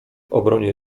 obronie